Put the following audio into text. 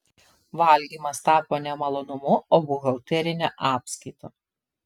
valgymas tapo ne malonumu o buhalterine apskaita